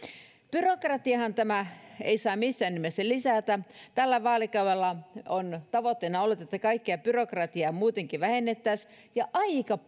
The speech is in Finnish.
byrokratiaahan tämä ei saa missään nimessä lisätä tällä vaalikaudella on tavoitteena ollut että kaikkea byrokratiaa muutenkin vähennettäisiin ja aika